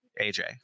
AJ